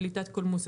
פליטת קולמוס,